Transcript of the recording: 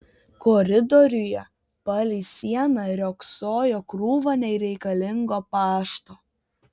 koridoriuje palei sieną riogsojo krūva nereikalingo pašto